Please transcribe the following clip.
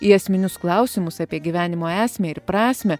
į esminius klausimus apie gyvenimo esmę ir prasmę